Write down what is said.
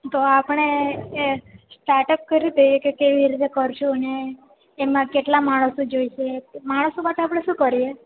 તો આપણે એ સ્ટાર્ટઅપ કરી દઈએ કેવી રીતે કરશું અને એમાં કેટલા માણસો જોઈશે માણસો માટે આપણે શું કરીએ